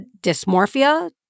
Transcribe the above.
dysmorphia